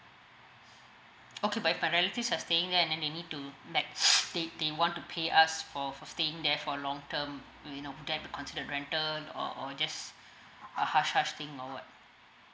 okay but if my relatives are staying there and they need to like they they want to pay us for for staying there for long term you know would that be considered rental or or just a hush hush thing or what